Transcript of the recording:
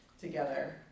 together